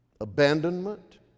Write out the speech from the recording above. abandonment